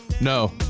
no